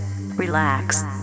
Relax